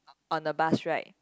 on the bus ride